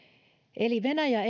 eli venäjä